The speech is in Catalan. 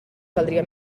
caldria